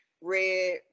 red